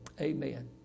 Amen